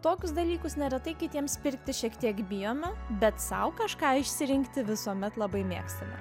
tokius dalykus neretai kitiems pirkti šiek tiek bijome bet sau kažką išsirinkti visuomet labai mėgstame